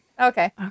Okay